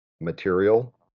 material